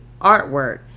artwork